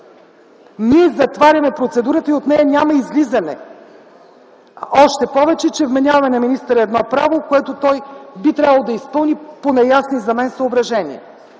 Ние затваряме процедурата и от нея няма излизане! Още повече, че вменяваме на министъра едно право, което той би трябвало да изпълни по неясни за мен съображения.